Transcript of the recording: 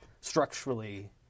structurally –